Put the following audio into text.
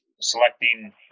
Selecting